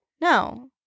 No